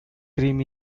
cream